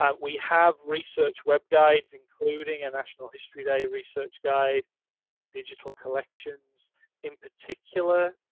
um we have research web guides, including a national history day research guide digital collections in particular.